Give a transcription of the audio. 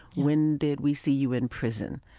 when did we see you in prison?